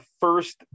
first